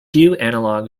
analogue